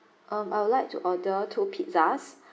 um I would like to order two pizzas